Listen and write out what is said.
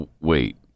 Wait